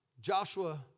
Joshua